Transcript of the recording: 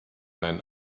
man